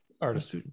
Artist